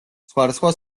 სხვადასხვა